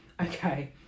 Okay